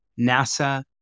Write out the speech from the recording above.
NASA